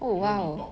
oh !wow!